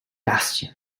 bastion